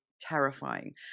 terrifying